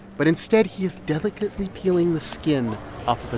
but, instead, he's delicately peeling the skin off but